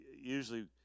Usually